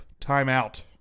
timeout